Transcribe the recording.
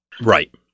Right